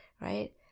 right